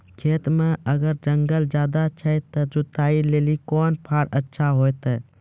खेत मे अगर जंगल ज्यादा छै ते जुताई लेली कोंन फार अच्छा होइतै?